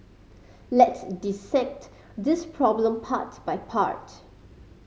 let's dissect this problem part by part